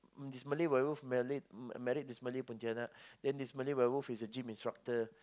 this Malay werewolf married married this Malay pontianak then this Malay werewolf is a gym instructor